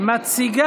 החוקה,